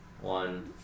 one